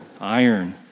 iron